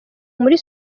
muri